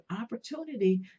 opportunity